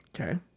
Okay